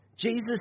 Jesus